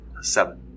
Seven